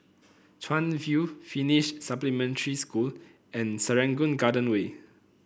Chuan View Finnish Supplementary School and Serangoon Garden Way